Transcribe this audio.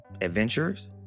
adventures